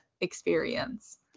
experience